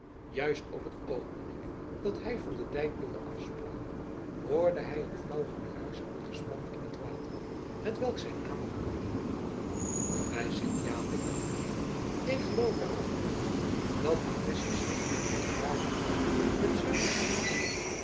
juist op het oogenblik dat hij van den dijk wilde afspringen hoorde hij een flauw gedruisch en gespat in het water hetwelk zijn aandacht boeide bij sint japik dacht hij ik geloof waarachtig dat die visschers zich in dat fraaie weer met zwemmen vermaken